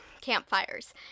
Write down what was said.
campfires